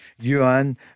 Yuan